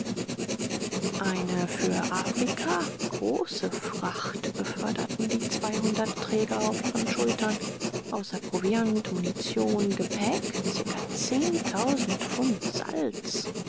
eine für afrika große fracht beförderten die zweihundert träger auf ihren schultern außer proviant munition gepäck zirka zehntausend pfund salz